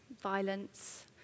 violence